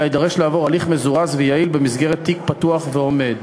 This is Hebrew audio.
אלא יידרש לעבור הליך מזורז ויעיל במסגרת תיק פתוח ועומד.